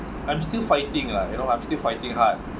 I'm still fighting lah you know I'm still fighting hard